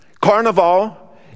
Carnival